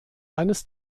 eines